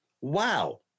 Wow